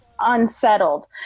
unsettled